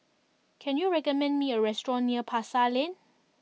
can you recommend me a restaurant near Pasar Lane